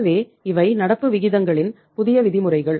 எனவே இவை நடப்பு விகிதங்களின் புதிய விதிமுறைகள்